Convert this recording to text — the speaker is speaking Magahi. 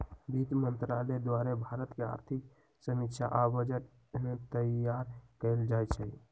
वित्त मंत्रालय द्वारे भारत के आर्थिक समीक्षा आ बजट तइयार कएल जाइ छइ